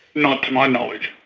not to my knowledge.